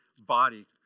body